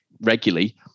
regularly